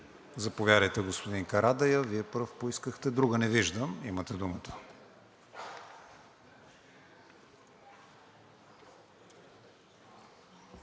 Заповядайте, господин Карадайъ – Вие пръв поискахте. Друга – не виждам. Имате думата.